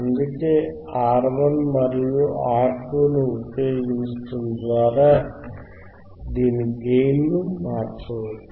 అందుకే R1 మరియు R2 ని ఉపయోగించడం ద్వారా దీని గెయిన్ ని మార్చవచ్చు